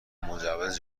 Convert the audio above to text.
مجوز